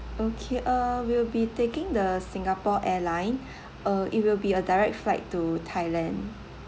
okay uh we'll be taking the singapore airline uh it will be a direct flight to thailand